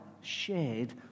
shared